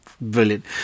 brilliant